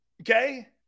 Okay